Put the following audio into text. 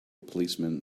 policeman